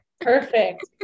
Perfect